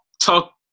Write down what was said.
talk